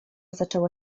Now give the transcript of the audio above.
zaczęła